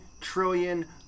trillion